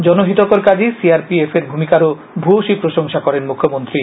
জনহিতকর কাজে C R P F র ভূমিকারও ভ্য়সী প্রশংসা করেন মুখ্যমন্ত্রী